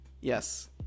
Yes